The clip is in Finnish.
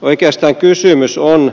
oikeastaan kysymys on